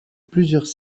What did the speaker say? plusieurs